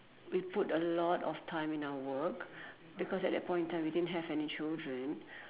we put a lot of time in our work because at the point in time we didn't have any children